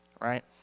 right